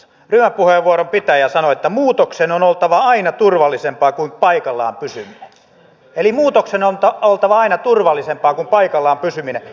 ryhmäpuheenvuoron käyttäjä sanoi että muutoksen on oltava aina turvallisempaa kuin paikallaan pysyminen eli muutoksen on oltava aina turvallisempaa kuin paikallaan pysyminen